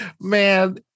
man